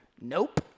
Nope